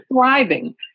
thriving